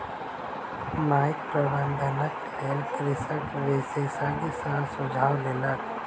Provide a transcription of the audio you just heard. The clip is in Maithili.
माइट प्रबंधनक लेल कृषक विशेषज्ञ सॅ सुझाव लेलक